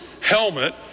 helmet